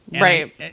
Right